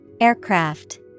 Aircraft